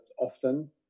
often